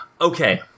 Okay